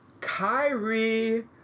Kyrie